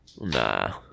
Nah